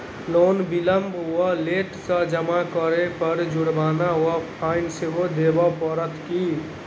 Loan विलंब वा late सँ जमा करै पर जुर्माना वा फाइन सेहो देबै पड़त की?